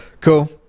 cool